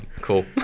Cool